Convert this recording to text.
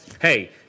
hey